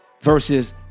versus